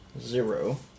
Zero